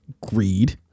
greed